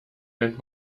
nennt